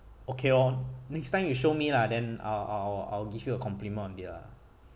okay lor next time you show me lah then I'll I'll I'll give you a compliment on their